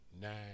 nine